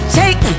take